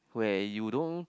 where you don't